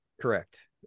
correct